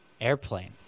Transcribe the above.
Airplane